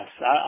Yes